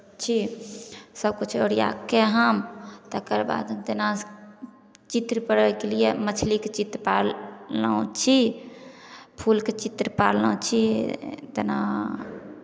चित्र सभकिछु ओरिया कऽ हम तकर बाद जेना चित्र पारयके लिए मछलीके चित्र पारलहुँ छी फूलके चित्र पारलहुँ छी जेना